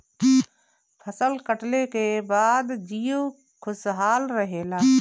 फसल कटले के बाद जीउ खुशहाल रहेला